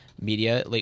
media